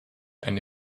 eine